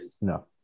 No